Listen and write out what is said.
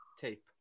tape